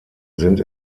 sind